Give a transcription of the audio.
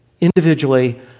individually